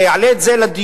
זה יעלה את זה לדיון,